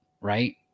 right